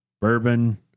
bourbon